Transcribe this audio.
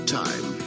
time